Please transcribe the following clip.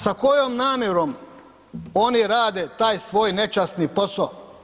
Sa kojom namjerom oni rade taj svoj nečasni posao?